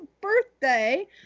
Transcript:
birthday